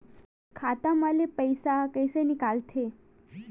खाता मा ले पईसा कइसे निकल थे?